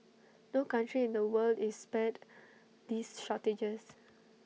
no country in the world is spared these shortages